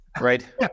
Right